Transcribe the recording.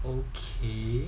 okay